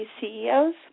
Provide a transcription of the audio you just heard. CEOs